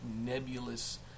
nebulous